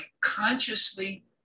consciously